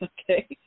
Okay